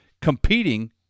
competing